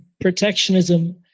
protectionism